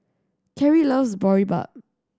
Carie loves Boribap